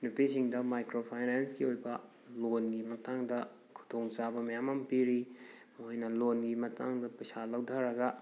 ꯅꯨꯄꯤꯁꯤꯡꯗ ꯃꯥꯏꯀ꯭ꯔꯣꯐꯥꯏꯅꯥꯟꯁꯀꯤ ꯑꯣꯏꯕ ꯂꯣꯟꯒꯤ ꯃꯇꯥꯡꯗ ꯈꯨꯗꯣꯡꯆꯥꯕ ꯃꯌꯥꯝ ꯑꯃ ꯄꯤꯔꯤ ꯃꯈꯣꯏꯅ ꯂꯣꯟꯒꯤ ꯃꯇꯥꯡꯗ ꯄꯩꯁꯥ ꯂꯧꯊꯔꯒ